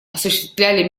осуществляли